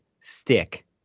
stick